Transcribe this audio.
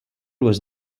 was